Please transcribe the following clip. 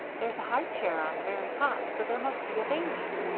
there's a high-chair on the very top, so there must be a baby.